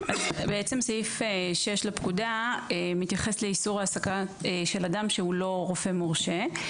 סעיף 6 לפקודה מתייחס לאיסור העסקה של אדם שהוא לא רופא מורשה.